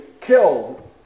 killed